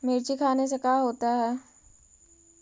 मिर्ची खाने से का होता है?